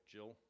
Jill